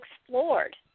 explored